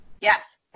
Yes